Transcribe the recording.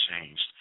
changed